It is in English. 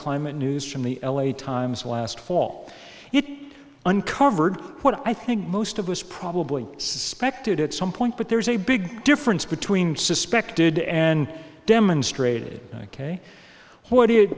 climate news from the l a times last fall it uncovered what i think most of us probably suspected at some point but there's a big difference between suspected and demonstrated ok what is